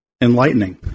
enlightening